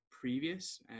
previous